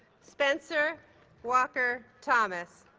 spencer walker thomas